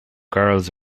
girls